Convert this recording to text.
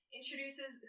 Introduces